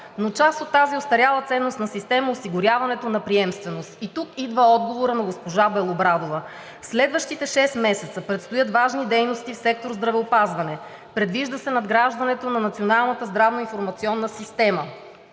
но част от тази остаряла ценностна система е осигуряването на приемственост – и тук идва отговорът на госпожа Белобрадова. В следващите шест месеца предстоят важни дейности в сектор „Здравеопазване“. Предвижда се надграждането на Националната здравна информационна система;